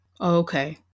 Okay